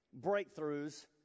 breakthroughs